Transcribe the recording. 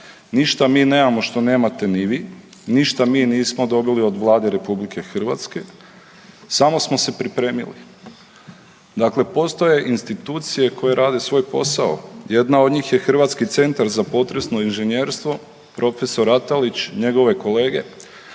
ništa mi nemamo što nemate ni vi, ništa mi nismo dobili od Vlade Republike Hrvatske. Samo smo se pripremili. Dakle, postoje institucije koje rade svoj posao. Jedna od njih je Hrvatski centar za potresno inženjerstvo, profesor Ratalić, njegove kolege